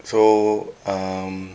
so um